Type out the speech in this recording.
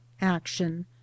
action